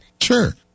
Sure